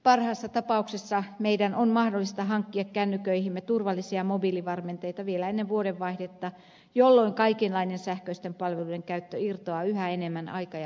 parhaassa tapauksessa meidän on mahdollista hankkia kännyköihimme turvallisia mobiilivarmenteita vielä ennen vuodenvaihdetta jolloin kaikenlainen sähköisten palveluiden käyttö irtoaa yhä enemmän aika ja paikkasidonnaisuudesta